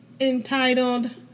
entitled